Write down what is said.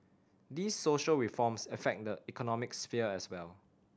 these social reforms affect the economic sphere as well